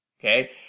okay